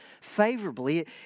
favorably